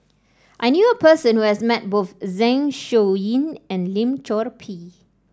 I knew a person who has met both Zeng Shouyin and Lim Chor Pee